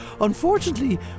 Unfortunately